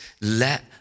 Let